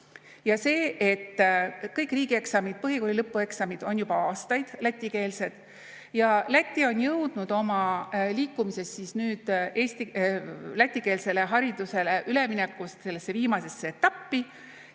Ja see, et kõik riigieksamid, põhikooli lõpueksamid on juba aastaid lätikeelsed. Läti on jõudnud oma liikumises lätikeelsele haridusele üleminekus sellesse viimasesse etappi